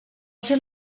ser